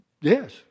Yes